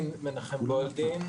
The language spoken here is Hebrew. גולדין,